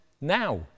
now